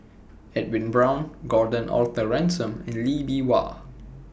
Edwin Brown Gordon Arthur Ransome and Lee Bee Wah